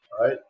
right